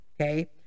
Okay